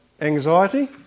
anxiety